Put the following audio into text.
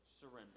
surrender